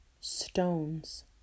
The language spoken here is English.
Stones